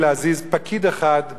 להזיז פקיד אחד,